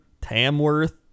tamworth